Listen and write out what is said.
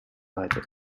seite